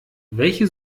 welche